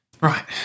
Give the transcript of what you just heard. Right